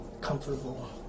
comfortable